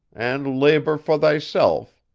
and labor for thyself,